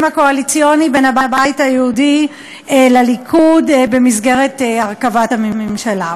הקואליציוני בין הבית היהודי לליכוד במסגרת הרכבת הממשלה.